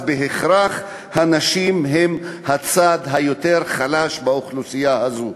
אז בהכרח הנשים הן הצד היותר-חלש באוכלוסייה הזאת.